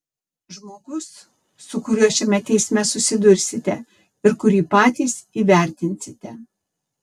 žmogus su kuriuo šiame teisme susidursite ir kurį patys įvertinsite